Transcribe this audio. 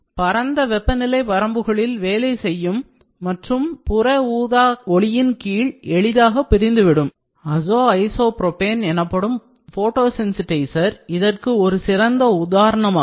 பரந்த வெப்பநிலை வரம்புகளில் வேலை செய்யும் மற்றும் புற ஊதா ஒளியின் கீழ் எளிதாக பிரிந்துவிடும் அசோஐசோ ப்ரோபைன் எனப்படும் போட்டோ சென்சிடைசர் இதற்கு ஒரு சிறந்த உதாரணமாகும்